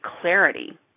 clarity